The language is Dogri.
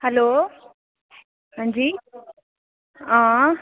हैलो हांजी हां